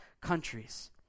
countries